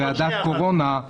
יש לי ועדת קורונה, מחכים שם.